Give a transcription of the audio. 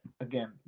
again